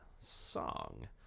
song